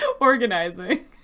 organizing